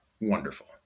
wonderful